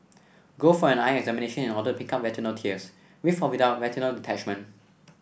go for an eye examination in order to pick up retinal tears with or without retinal detachment